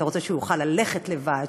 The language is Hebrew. אתה רוצה שהוא יוכל ללכת לבד,